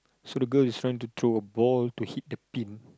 so the girl is trying to throw a ball to hit a pin